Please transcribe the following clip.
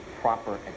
proper